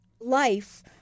life